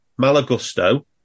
Malagusto